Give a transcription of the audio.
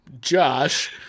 josh